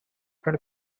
often